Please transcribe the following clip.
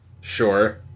Sure